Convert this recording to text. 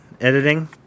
editing